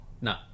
No